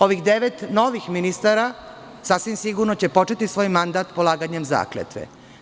Ovih devet novih ministara sasvim sigurno će početi svoj mandat polaganjem zakletve.